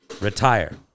Retire